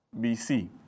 BC